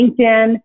LinkedIn